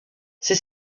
ces